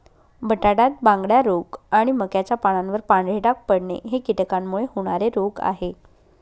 बटाट्यात बांगड्या रोग आणि मक्याच्या पानावर पांढरे डाग पडणे हे कीटकांमुळे होणारे रोग आहे